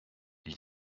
ils